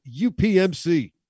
UPMC